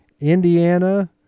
Indiana